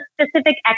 specific